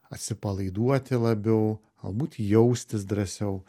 atsipalaiduoti labiau galbūt jaustis drąsiau